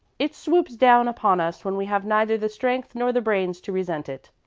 it swoops down upon us when we have neither the strength nor the brains to resent it.